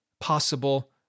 possible